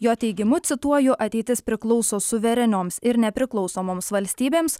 jo teigimu cituoju ateitis priklauso suverenioms ir nepriklausomoms valstybėms